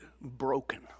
broken